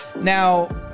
Now